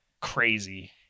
crazy